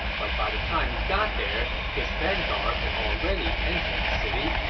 but by the time he got there, his vanguard had already entered the city,